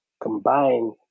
combine